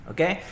Okay